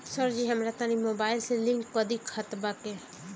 सरजी हमरा तनी मोबाइल से लिंक कदी खतबा के